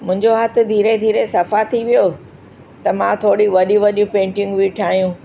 मुंहिंजो हथु धीरे धीरे सफ़ा थी वियो त मां थोरी वॾियूं वॾियूं पेंटिंगियूं ठाहियूं